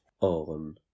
on